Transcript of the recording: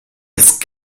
ist